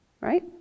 right